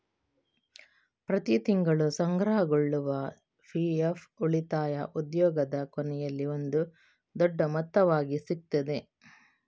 ಪ್ರತಿ ತಿಂಗಳು ಸಂಗ್ರಹಗೊಳ್ಳುವ ಪಿ.ಎಫ್ ಉಳಿತಾಯ ಉದ್ಯೋಗದ ಕೊನೆಯಲ್ಲಿ ಒಂದು ದೊಡ್ಡ ಮೊತ್ತವಾಗಿ ಸಿಗ್ತದೆ